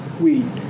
weed